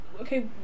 Okay